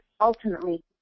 ultimately